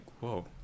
whoa